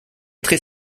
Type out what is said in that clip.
très